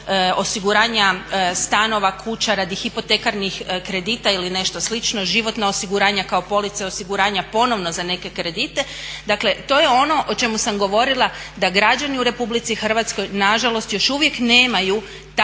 osiguranja stanova, kuća radi hipotekarnih kredita ili nešto slično, životna osiguranja kao police osiguranja ponovno za neke kredite. Dakle, to je ono o čemu sam govorila da građani u Republici Hrvatskoj na žalost još uvijek nemaju takvu